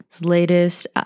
latest